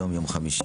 היום יום חמישי,